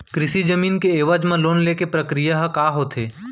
कृषि जमीन के एवज म लोन ले के प्रक्रिया ह का होथे?